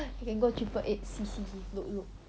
you can go triple eight see see look look